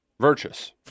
Virtus